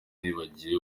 nibagiwe